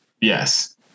Yes